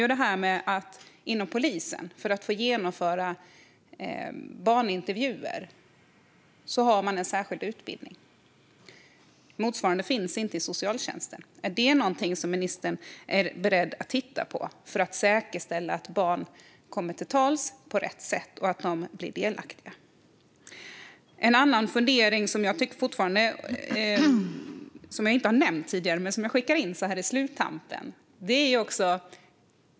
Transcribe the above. Jag har nämnt att för att få genomföra barnintervjuer inom polisen finns en särskild utbildning. Motsvarande finns inte i socialtjänsten. Är ministern beredd att titta på denna fråga för att säkerställa att barn kommer till tals på rätt sätt och blir delaktiga? Jag har en annan fundering som jag inte har nämnt tidigare men som jag skickar in här i sluttampen.